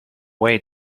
way